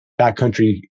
Backcountry